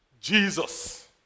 Jesus